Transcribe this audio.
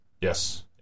Yes